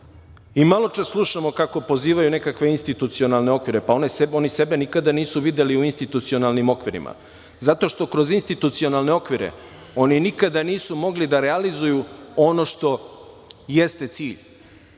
Maločas slušamo kako pozivaju na nekakve institucionalne okvire, pa oni sebe nikada nisu videli u institucionalnim okvirima zato što kroz institucionalne okvire oni nikada nisu mogli da realizuju ono što jeste cilj,